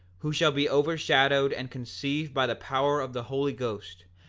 who shall be overshadowed and conceive by the power of the holy ghost,